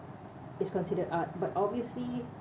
it's considered art but obviously